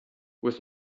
with